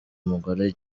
mugore